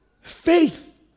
Faith